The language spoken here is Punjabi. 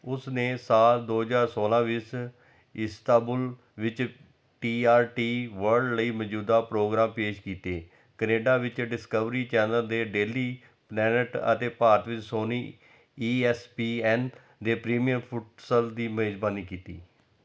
ਉਸ ਨੇ ਸਾਲ ਦੋ ਹਜ਼ਾਰ ਸੋਲਾਂ ਵਿੱਚ ਇਸਤਾਂਬੁਲ ਵਿੱਚ ਟੀ ਆਰ ਟੀ ਵਰਲਡ ਲਈ ਮੌਜੂਦਾ ਪ੍ਰੋਗਰਾਮ ਪੇਸ਼ ਕੀਤੇ ਕਨੇਡਾ ਵਿੱਚ ਡਿਸਕਵਰੀ ਚੈਨਲ ਦੇ ਡੇਲੀ ਪਲੈਨੇਟ ਅਤੇ ਭਾਰਤ ਵਿੱਚ Sony E S P N ਦੇ ਪ੍ਰੀਮੀਅਰ ਫੁਟਸਲ ਦੀ ਮੇਜ਼ਬਾਨੀ ਕੀਤੀ